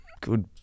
good